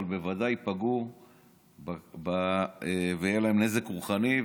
אבל בוודאי ייפגעו ויהיה להם נזק רוחני,